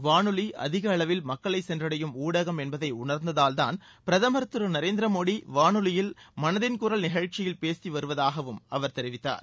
வானொலி அதிக அளவில் மக்களை சென்றடையும் ஊடகம் என்பதை உணர்ந்ததால்தான் பிரதமர் திரு நரேந்திர மோடி வானொலியில் மனதின் குரல் நிகழ்ச்சியில் பேசி வருவதாகவும் அவர் தெரிவித்தார்